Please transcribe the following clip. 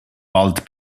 wald